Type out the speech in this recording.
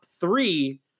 three